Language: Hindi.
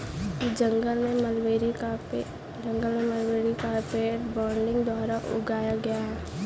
जंगल में मलबेरी का पेड़ बडिंग द्वारा उगाया गया है